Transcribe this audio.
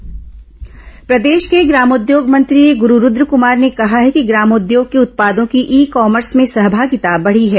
ग्रामोद्योग प्रदेश के ग्रामोद्योग मंत्री गुरू रूद्रकुमार ने कहा है कि ग्रामोद्योग के उत्पादों की ई कॉमर्स में सहभागिता बढी है